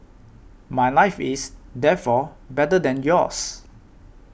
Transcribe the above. my life is therefore better than yours